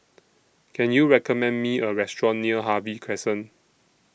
Can YOU recommend Me A Restaurant near Harvey Crescent